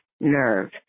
nerve